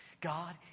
God